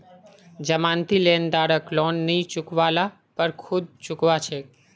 जमानती लेनदारक लोन नई चुका ल पर खुद चुका छेक